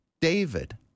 David